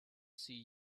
see